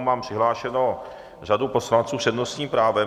Mám přihlášenu řadu poslanců s přednostním právem.